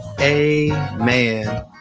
Amen